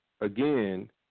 again